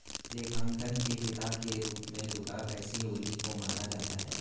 लेखांकन के पिता के रूप में लुका पैसिओली को माना जाता है